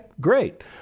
great